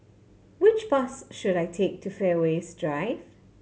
which bus should I take to Fairways Drive